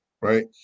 right